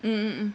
mm mm mm